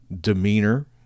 demeanor